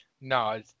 No